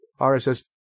RSS